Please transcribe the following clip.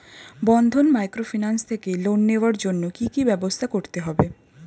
বন্ধন microfinance থেকে loan নেওয়ার জন্য কি কি ব্যবস্থা করতে হবে?